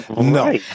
No